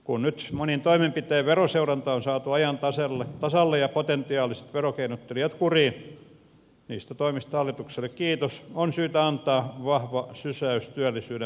kun nyt monin toimenpitein veroseuranta on saatu ajan tasalle ja potentiaaliset verokeinottelijat kuriin niistä toimista hallitukselle kiitos on syytä antaa vahva sysäys työllisyyden parantamiseen